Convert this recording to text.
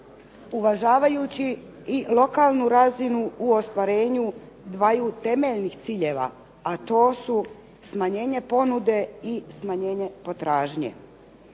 uvažavajući i lokalnu razinu u ostvarenju dvaju temeljnih ciljeva, a to su smanjenje ponude i smanjenje potražnje.